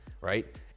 Right